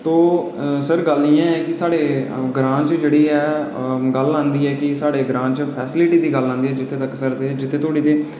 ते सर गल्ल इ'यां जे सर साढ़े ग्रांऽ च जित्थूं तगर गल्ल औंदी ऐ सरकारी फैसिलिटी दी गल्ल ऐ